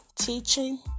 teaching